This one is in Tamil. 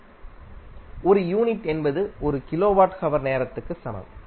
1 யூனிட் என்பது 1 கிலோவாட் ஹவர் நேரத்திற்கு சமம்